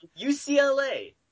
UCLA